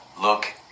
look